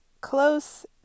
close